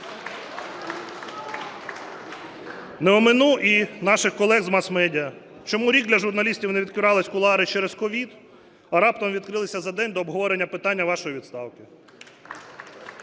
Не омину і наших колег з масмедіа. Чому рік для журналістів не відкривались кулуари через COVID, а раптом відкрились за день до обговорення питання вашої відставки?